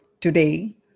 today